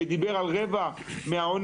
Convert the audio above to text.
שדיבר על רבע מהעונש,